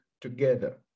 together